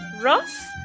Ross